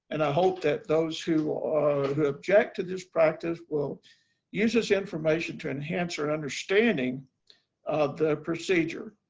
and i hope that those who who object to this practice will use this information to enhance our understanding of procedure.